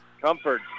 Comfort